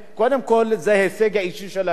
קודם כול, זה ההישג האישי שלהם.